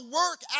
work